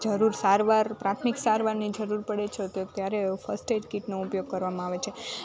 જરૂર સારવાર પ્રાથમિક સારવારની જરૂર પડે છે તો ત્યારે ફર્સ્ટ એડ કીટનો ઉપયોગ કરવામાં આવે છે